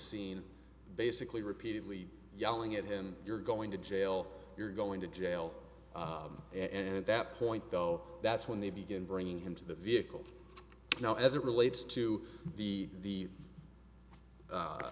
scene basically repeatedly yelling at him you're going to jail you're going to jail and that point though that's when they begin bringing him to the vehicle now as it relates to the